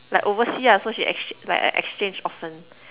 like overseas lah so she ex~ like a exchange Orphan